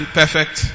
perfect